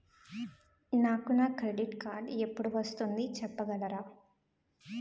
నాకు నా credit card ఎపుడు వస్తుంది చెప్పగలరా?